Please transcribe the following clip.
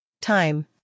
Time